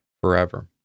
forever